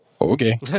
Okay